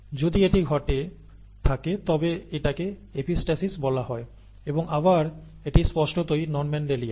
যদি এটি ঘটে থাকে তবে এটাকে এপিস্টাসিস বলা হয় এবং আবার এটি স্পষ্টতই নন মেন্ডেলিয়ান